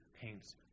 paints